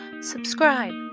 Subscribe